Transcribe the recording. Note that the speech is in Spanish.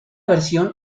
versión